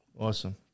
Awesome